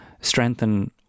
strengthen